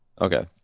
Okay